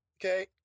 okay